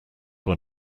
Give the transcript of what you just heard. were